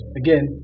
again